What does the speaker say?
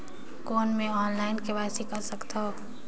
कौन मैं online KYC कर सकथव?